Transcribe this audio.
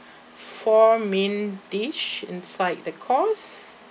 four main dish inside the course